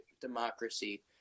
democracy